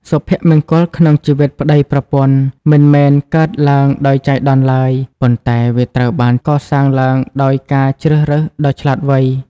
សុភមង្គលក្នុងជីវិតប្ដីប្រពន្ធ មិនមែនកើតឡើងដោយចៃដន្យឡើយ ប៉ុន្តែវាត្រូវបានកសាងឡើងដោយការជ្រើសរើសដ៏ឆ្លាតវៃ។